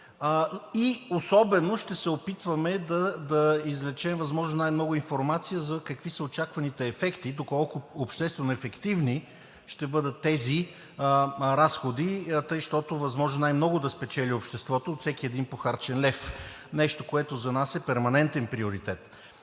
и особено ще се опитваме да извлечем най-много информация за какви са очакваните ефекти, доколко обществено ефективни ще бъдат тези разходи, така че възможно най-много да спечели обществото от всеки един похарчен лев. Нещо, което за нас, е перманентен приоритет.